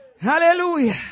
Hallelujah